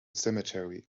cemetery